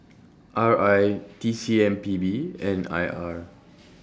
R I T C M P B and I R